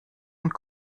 und